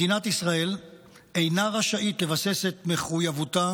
מדינת ישראל אינה רשאית לבסס את מחויבותה